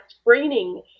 screening